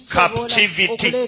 captivity